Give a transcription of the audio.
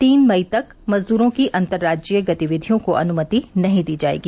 तीन मई तक मजदूरों की अंतर्राज्यीय गतिविधियों को अनुमति नहीं दी जाएगी